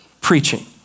preaching